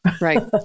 Right